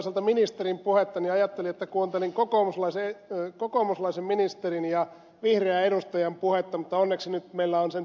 laxellin ja toisaalta ministerin puhetta niin ajattelin että kuuntelin kokoomuslaisen ministerin ja vihreän edustajan puhetta mutta onneksi nyt meillä on sentään ed